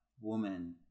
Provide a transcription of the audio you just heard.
woman